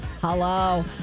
Hello